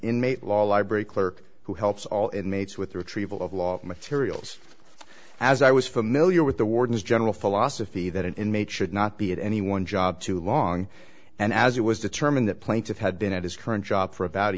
inmate law library clerk who helps all inmates with retrieval of law materials as i was familiar with the wardens general philosophy that an inmate should not be at any one job too long and as it was determined that plaintiff had been at his current job for about a